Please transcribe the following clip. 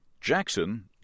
Jackson